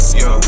yo